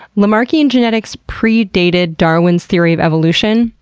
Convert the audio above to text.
lamarckian genetics predated darwin's theory of evolution,